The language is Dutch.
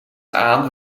aan